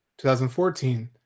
2014